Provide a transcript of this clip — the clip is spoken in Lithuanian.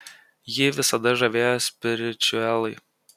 jį visada žavėjo spiričiuelai